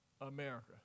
America